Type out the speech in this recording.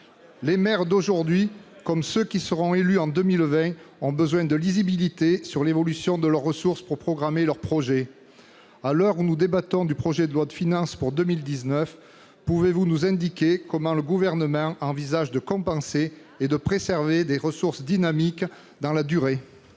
Les maires d'aujourd'hui, comme ceux qui seront élus en 2020, ont besoin de lisibilité sur l'évolution de leurs ressources pour programmer leurs projets. À l'heure où nous débattons du projet de loi de finances pour 2019, pouvez-vous nous indiquer comment le Gouvernement envisage de compenser et de préserver des ressources dynamiques dans la durée ?